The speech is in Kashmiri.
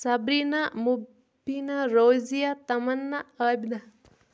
صبرینا مُبیٖنا روزیا تمنا عابدہ